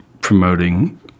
promoting